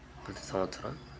ప్రతీ సంవత్సరం